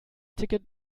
ticket